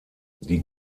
die